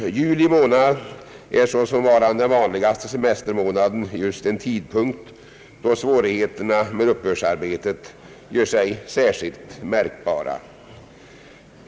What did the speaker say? Juli månad är såsom varande den vanligaste semestermånaden en tidpunkt då svårigheterna med uppbördsarbetet gör sig särskilt märkbara.